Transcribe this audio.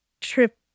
trip